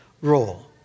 role